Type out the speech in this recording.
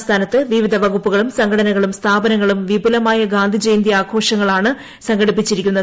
സംസ്ഥാനത്ത് വിവിധ വകുപ്പുകളും സംഘടനകളും സ്ഥാപനങ്ങളും വിപുലമായ ഗാന്ധിജയന്തി ആഘോഷങ്ങളാണ് സംഘടിപ്പിച്ചിരിക്കുന്നത്